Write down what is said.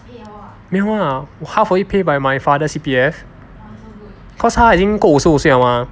没有 lah half of it pay by my father C_P_F cause 他已经过五十五岁了 mah